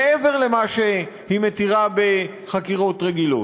מעבר למה שהיא מתירה בחקירות רגילות.